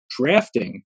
drafting